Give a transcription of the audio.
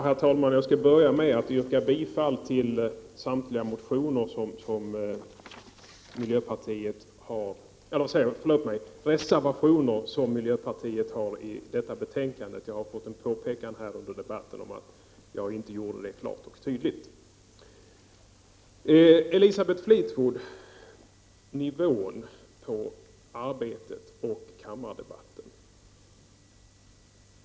Herr talman! Jag skall börja med att yrka bifall till samtliga reservationer som miljöpartiet har i detta betänkandet. Jag har fått en påpekan här under debatten om att jag inte gjorde det klart och tydligt. Elisabeth Fleetwood, nivån på arbetet och kammardebatten.